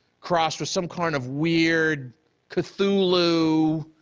crossed with some kind of weird cthulhu,